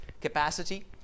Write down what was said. capacity